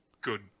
good